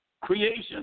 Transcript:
creation